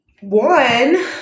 One